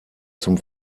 zum